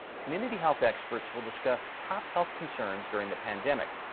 community health experts will discuss top health concerns during the pandemic,